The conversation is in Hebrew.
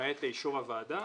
כעת לאישור הוועדה,